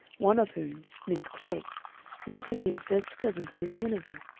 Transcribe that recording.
one of whom miss klegg might have been a first cousin to miss miniver,